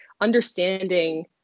understanding